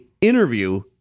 interview